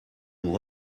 nous